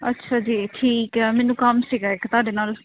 ਅੱਛਾ ਜੀ ਠੀਕ ਆ ਮੈਨੂੰ ਕੰਮ ਸੀਗਾ ਇੱਕ ਤੁਹਾਡੇ ਨਾਲ